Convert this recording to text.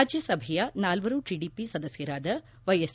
ರಾಜ್ಯಸಭೆಯ ನಾಲ್ವರು ಟಿಡಿಪಿ ಸದಸ್ಗರಾದ ವ್ಯೆಎಸ್